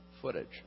footage